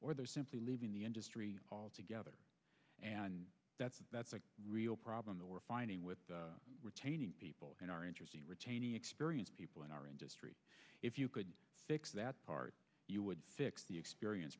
or they're simply leaving the industry altogether and that's that's a real problem that we're finding with retaining people and our interest in retaining experienced people in our industry if you could fix that part you would fix the experience